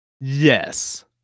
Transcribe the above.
Yes